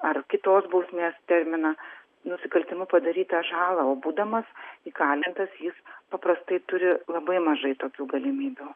ar kitos bausmės terminą nusikaltimu padarytą žalą o būdamas įkalintas jis paprastai turi labai mažai tokių galimybių